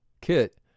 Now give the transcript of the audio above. kit